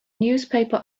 newspaper